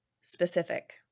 specific